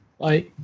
Bye